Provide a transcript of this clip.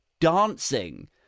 dancing